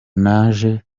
naje